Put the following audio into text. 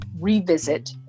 revisit